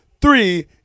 three